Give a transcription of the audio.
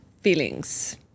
feelings